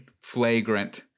flagrant